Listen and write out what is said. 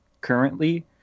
currently